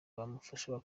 bamufasha